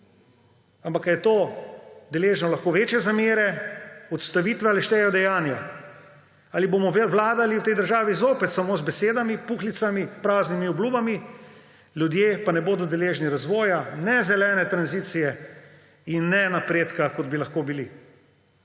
Ampak ali je to lahko deležno večje zamere, odstavitve ali štejejo dejanja? Ali bomo vladali v tej državi zopet samo z besedami, puhlicami, praznimi obljubami, ljudje pa ne bodo deležni razvoja ne zelene tranzicije in ne napredka, kot bi lahko bili?